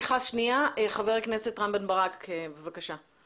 חבר הכנסת רם בן ברק, בבקשה.